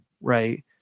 right